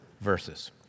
verses